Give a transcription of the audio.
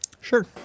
Sure